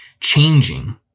changing